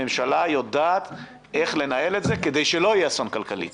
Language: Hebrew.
הממשלה יודעת איך לנהל את זה כדי שלא יהיה אסון כלכלי,